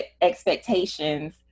expectations